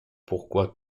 pourquoi